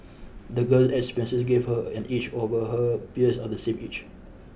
the girl's experiences gave her an edge over her peers of the same age